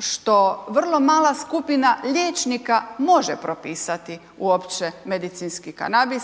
što vrlo mala skupina liječnika može propisati uopće medicinski kanabis.